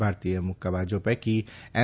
ભારતીય મુક્કાબાજો પૈકી એમ